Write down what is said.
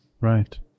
right